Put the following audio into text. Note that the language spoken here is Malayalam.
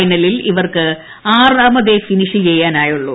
ഫൈനലിൽ ഇവർക്ക് ആറാമതേ ഫിനിഷ് ചെയ്യാനായുള്ളൂ